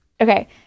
Okay